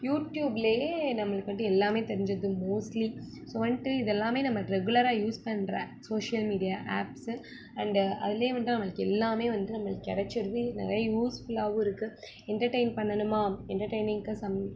யூடியூப்லேயே நம்மளுக்கு வந்துட்டு எல்லாமே தெரிஞ்சிடுது மோஸ்ட்லி ஸோ வந்துட்டு இதெல்லாமே நம்ம ரெகுலராக யூஸ் பண்ணுற சோஷியல் மீடியா ஆப்ஸு அண்டு அதுலேயே வந்துட்டு நம்மளுக்கு எல்லாமே வந்துட்டு நம்மளுக்கு கிடைச்சிடுது நிறைய யூஸ்ஃபுல்லாகவும் இருக்குது என்டர்டெயின் பண்ணணுமா என்டர்டெயினிங்குக்கு சம்